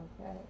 Okay